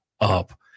up